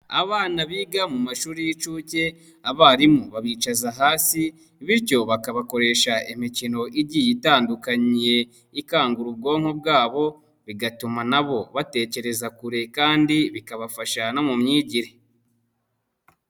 Abana biga mu mashuri y'inshuuke, abarimu babicaza hasi, bityo bakabakoresha imikino igiye itandukanye, ikangura ubwonko bwabo, bigatuma nabo batekereza kure kandi bikabafa no mu myigire.